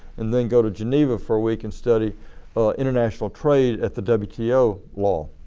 and then go to geneva for a week and study international trade at the wto law.